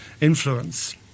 influence